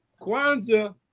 Kwanzaa